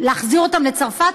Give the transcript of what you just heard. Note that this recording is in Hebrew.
אם להחזיר אותם לצרפת,